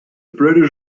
british